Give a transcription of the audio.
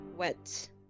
Wet